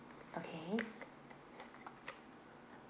okay